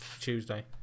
Tuesday